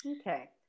Okay